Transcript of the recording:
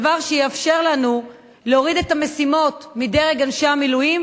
דבר שיאפשר לנו להוריד את המשימות מדרג אנשי המילואים,